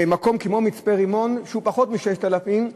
מקום כמו מצפה-רמון, שבו פחות מ-6,000,